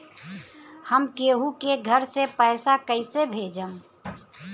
हम केहु के घर से पैसा कैइसे भेजम?